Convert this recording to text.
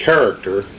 character